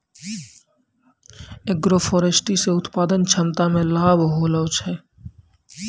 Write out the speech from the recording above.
agroforestry से उत्पादन क्षमता मे लाभ होलो छै